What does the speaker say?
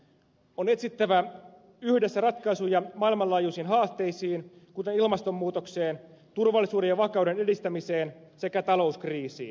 on etsittävä yhdessä ratkaisuja maailmanlaajuisiin haasteisiin kuten ilmastonmuutokseen turvallisuuden ja vakauden edistämiseen sekä talouskriisiin